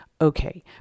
okay